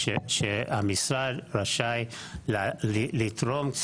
אל תקלו עליי.